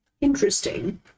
Interesting